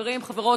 חברים וחברות,